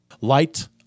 Light